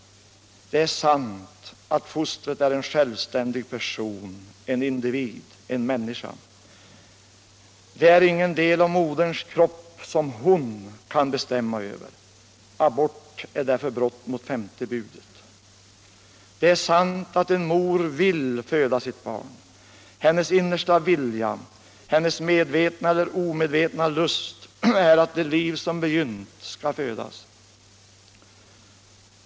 Det är sant att fostret är en självständig person, en individ, en människa. Det är ingen del av moderns kropp som hon kan bestämma över. Abort är därför brott mot femte budet. Det är sant att en mor vill föda sitt barn. Hennes innersta vilja, hennes medvetna eller omedvetna lust är att det liv som begynt skall födas.